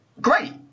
great